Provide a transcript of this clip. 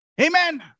Amen